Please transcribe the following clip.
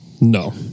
No